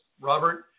Robert